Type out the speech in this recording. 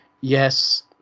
Yes